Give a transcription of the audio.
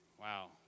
Wow